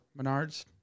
Menards